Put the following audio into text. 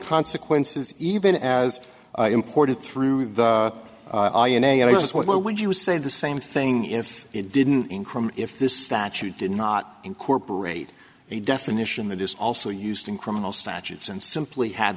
consequences even as imported through the i am just what would you say the same thing if it didn't increment if this statute did not incorporate a definition that is also used in criminal statutes and simply had